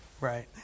Right